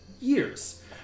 years